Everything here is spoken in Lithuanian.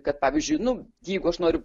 kad pavyzdžiui nu jeigu aš noriu